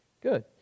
good